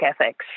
ethics